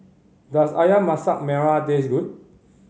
does Ayam Masak Merah taste good